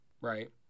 right